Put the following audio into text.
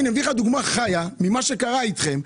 אני אתן לך דוגמה חיה ממה שקרה אתכם.